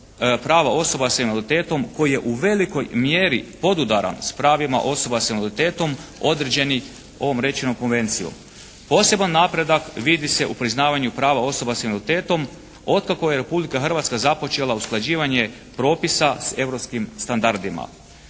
prava osoba sa invaliditetom koji je u velikoj mjeri podudaran s pravima osoba s invaliditetom određenih ovom rečenom Konvencijom. Poseban napredak vidi se u priznavanju prava osoba s invaliditetom od kako je Republika Hrvatska započela usklađivanje propisa s europskim standardima.